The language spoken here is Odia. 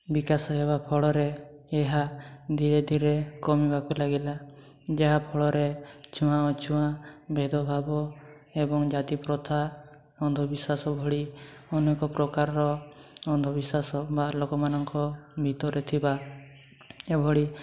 ବିକାଶ ହେବା ଫଳରେ ଏହା ଧୀରେ ଧୀରେ କମିବାକୁ ଲାଗିଲା ଯାହା ଫଳରେ ଛୁଆଁଅଛୁଆଁ ଭେଦଭାବ ଏବଂ ଜାତିପ୍ରଥା ଅନ୍ଧବିଶ୍ୱାସ ଭଳି ଅନେକ ପ୍ରକାରର ଅନ୍ଧବିଶ୍ୱାସ ବା ଲୋକମାନଙ୍କ ଭିତରେ ଥିବା ଏଭଳି